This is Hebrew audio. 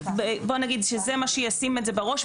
בוא נגיד שזה מה שישים את זה בראש,